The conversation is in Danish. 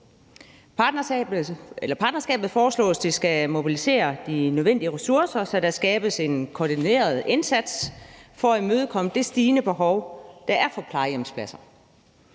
partnerskabet skal mobilisere de nødvendige ressourcer, så der skabes en koordineret indsats for at imødekomme det stigende behov, der er for plejehjemspladser.